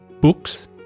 books